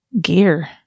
Gear